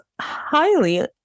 highly